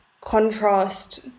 contrast